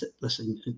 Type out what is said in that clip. listen